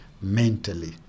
mentally